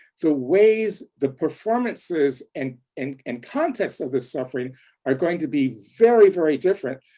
the ways the performances and and and context of the suffering are going to be very, very different,